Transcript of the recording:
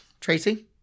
Tracy